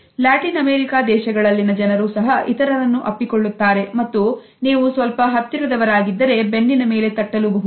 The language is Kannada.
ಲ್ಯಾಟಿನ್ ಅಮೇರಿಕಾ ದೇಶಗಳಲ್ಲಿನ ಜನರು ಸಹ ಇತರರನ್ನು ಅಪ್ಪಿಕೊಳ್ಳುತ್ತಾರೆ ಮತ್ತು ನೀವು ಸ್ವಲ್ಪ ಹತ್ತಿರದವರ ಆಗಿದ್ದರೆ ಬೆನ್ನಿನ ಮೇಲೆ ತಟ್ಟಲು ಬಹುದು